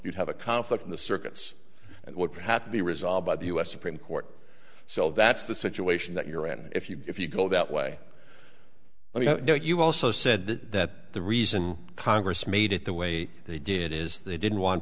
you'd have a conflict in the circuits that would have to be resolved by the u s supreme court so that's the situation that you're in if you if you go that way well you know you also said that the reason congress made it the way they did is they didn't want